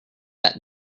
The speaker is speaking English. that